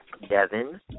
Devin